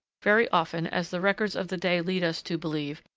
very often, as the records of the day lead us to believe,